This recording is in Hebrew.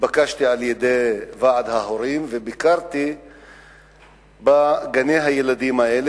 התבקשתי על-ידי ועד ההורים וביקרתי בגני-הילדים האלה,